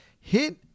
hit